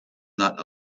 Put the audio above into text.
not